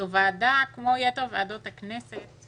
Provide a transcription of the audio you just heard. זו ועדה כמו יתר ועדות הכנסת.